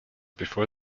before